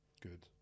Good